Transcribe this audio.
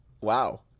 Wow